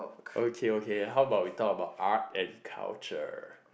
okay okay how about we talk about art and culture